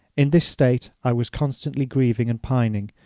in this state i was constantly grieving and pining,